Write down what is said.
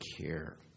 care